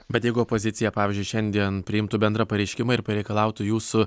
bet jeigu opozicija pavyzdžiui šiandien priimtų bendrą pareiškimą ir pareikalautų jūsų